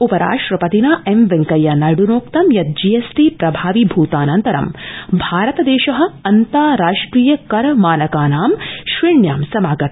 उपराष्ट्रपतिना एम वेंकैया नायड़नोक्तं यत् जी एस टी प्रभावि भृतानन्तरं भारतदेश अन्ताराष्ट्रिय कर मानकानां श्रेण्यां समागत